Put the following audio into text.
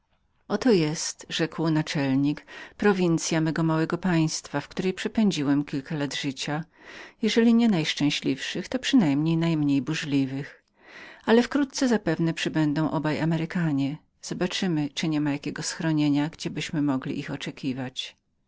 oto jest rzekł naczelnik mała prowincya mego państwa w której przepędziłem kilka lat życia jeżeli nie najszczęśliwszych to przynajmniej najmniej burzliwych ale wkrótce zapewne przybędą dwaj amerykanie zobaczymy czy niema jakiego schronienia gdziebyśmy mogli z przyjemnością ich oczekiwać